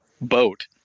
boat